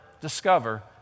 discover